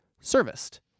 serviced